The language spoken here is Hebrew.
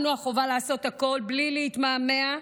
לנו החובה לעשות הכול בלי להתמהמה,